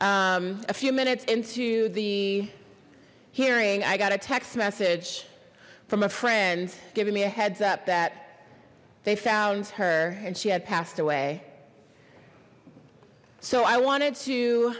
a few minutes into the hearing i got a text message from a friend giving me a heads up that they found her and she had passed away so i wanted to